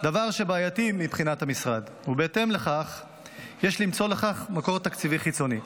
דבר שבעייתי מבחינת המשרד ובהתאם לכך יש למצוא לכך מקור תקציבי חיצוני.